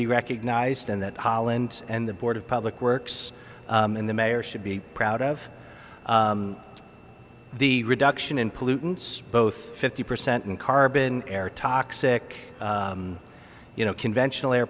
be recognized and that holland and the board of public works and the mayor should be proud of the reduction in pollutants both fifty percent in carbon air toxic you know conventional air